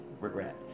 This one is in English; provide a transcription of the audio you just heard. regret